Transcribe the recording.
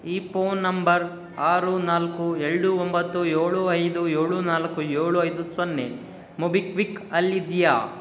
ಈ phone number ಆರು ನಾಲ್ಕು ಎರಡು ಒಂಬತ್ತು ಏಳು ಐದು ಏಳು ನಾಲ್ಕು ಯೋಳು ಐದು ಸೊನ್ನೆ ಮೊಬಿ ಕ್ವಿಕ್ ಅಲ್ಲಿದೆಯಾ